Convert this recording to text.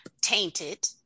tainted